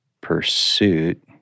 pursuit